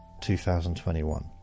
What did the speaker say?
2021